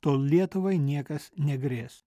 tol lietuvai niekas negrės